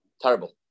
Terrible